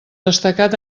destacat